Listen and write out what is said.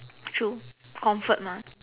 true comfort mah